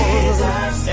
Jesus